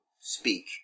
speak